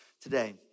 today